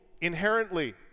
inherently